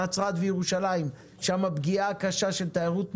בנצרת ובירושלים שבהן הפגיעה הקשה של תיירות נכנסת.